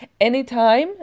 Anytime